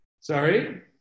Sorry